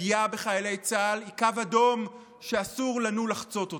ופגיעה בחיילי צה"ל היא קו אדום שאסור לנו לחצות אותו.